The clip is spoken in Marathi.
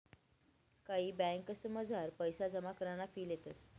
कायी ब्यांकसमझार पैसा जमा कराना फी लेतंस